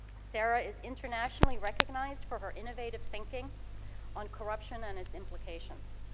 sarah is internationally recognized for her innovative thinking on corruption and it's implications.